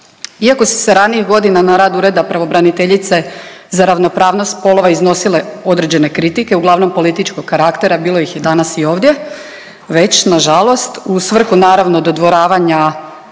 Iako su se ranijih godina na rad ureda pravobraniteljice za ravnopravnost spolova iznosile određene kritike, uglavnom političkog karaktera, bilo ih je danas i ovdje već nažalost u svrhu nažalost dodvoravanja